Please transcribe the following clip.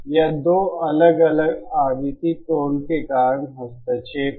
यह 2 अलग अलग आवृत्ति टोन के कारण हस्तक्षेप है